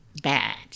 bad